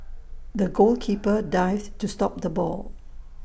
the goalkeeper dived to stop the ball